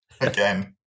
again